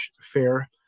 fair